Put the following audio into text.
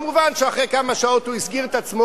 מובן שאחרי כמה שעות הוא הסגיר את עצמו,